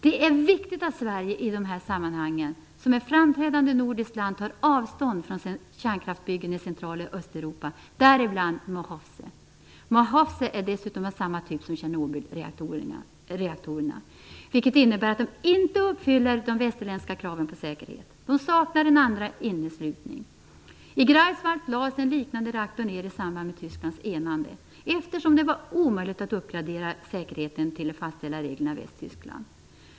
Det är viktigt att Sverige i de här sammanhangen som ett framträdande nordiskt land tar avstånd från kärnkraftsbyggen i Central och Östeuropa, däribland Mochovce. Mochovce är dessutom av samma typ som Tjernobylreaktorerna, vilket innebär att de inte uppfyller de västerländska kraven på säkerhet. De saknar en andra inneslutning. I Greifswald lades en liknande reaktor ned i samband med Tysklands enande, eftersom det var omöjligt att uppgradera säkerheten till de fastställda reglerna i Västtyskland.